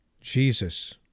Jesus